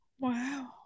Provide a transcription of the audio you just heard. Wow